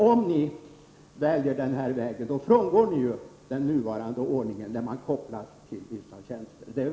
Om ni väljer denna väg frångår ni den nuvarande ordningen, där arvodet är kopplat till lönerna för vissa statliga tjänster.